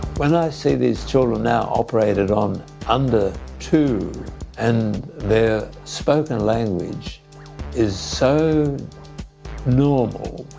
when i see these children now operated on under two and their spoken language is so normal,